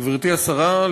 גברתי השרה,